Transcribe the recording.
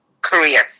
career